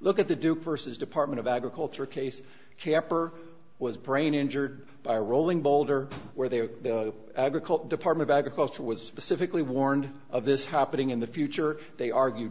look at the duke versus department of agriculture case camper was brain injured by rolling boulder where they were agriculture department agriculture was specifically warned of this happening in the future they argue